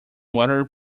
water